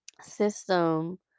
system